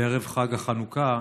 בערב חג החנוכה,